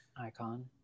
Icon